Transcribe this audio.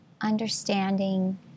understanding